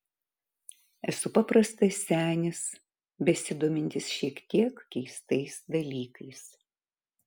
esu paprastas senis besidomintis šiek tiek keistais dalykais